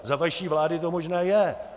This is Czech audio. Za vaší vlády to možné je.